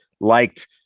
liked